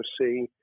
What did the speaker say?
see